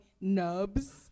nubs